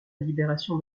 libération